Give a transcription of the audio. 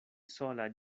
sola